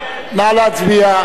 להצביע.